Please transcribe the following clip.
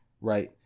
Right